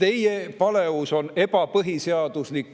Teie paleus on ebapõhiseaduslik